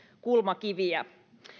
kulmakiviä